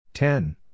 Ten